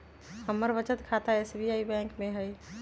हमर बचत खता एस.बी.आई बैंक में हइ